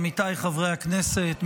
עמיתיי חברי הכנסת,